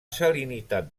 salinitat